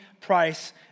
price